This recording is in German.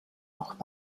noch